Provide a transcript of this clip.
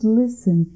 listen